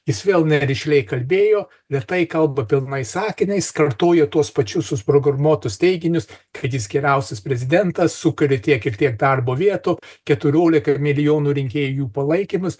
jis vėl nerišliai kalbėjo retai kalba pilnais sakiniais kartoja tuos pačius susprogramuotus teiginius kad jis geriausias prezidentas sukuria tiek ir tiek darbo vietų keturiolika milijonų rinkėjų palaikymas